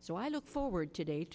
so i look forward to